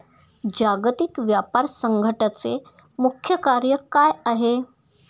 जागतिक व्यापार संघटचे मुख्य कार्य काय आहे?